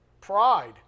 Pride